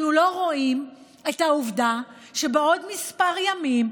אנחנו לא רואים את העובדה שבעוד כמה ימים,